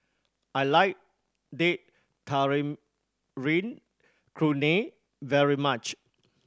I like Date Tamarind Chutney very much